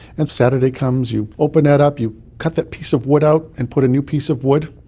and saturday comes, you open that up, you cut that piece of wood out and put a new piece of wood